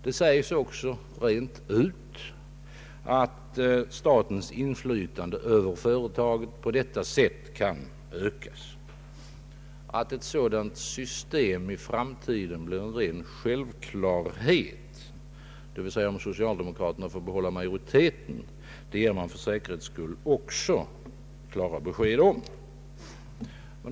Det sägs också rent ut att statens inflytande över företagen på detta sätt kan ökas. Att ett sådant system i framtiden blir en ren självklarhet, d.v.s. om socialdemokraterna får behålla majoriteten, ger man för säkerhets skull också klara besked om.